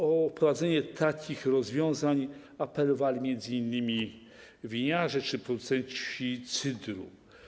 O wprowadzenie takich rozwiązań apelowali m.in. winiarze czy producenci cydru.